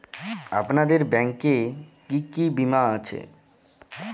আপনাদের ব্যাংক এ কি কি বীমা আছে?